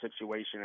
situation